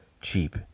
cheap